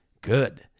good